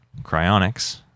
cryonics